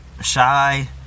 shy